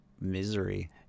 misery